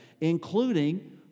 including